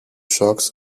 shocks